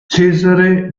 cesare